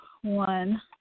One